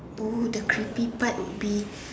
!woo! the creepy part would be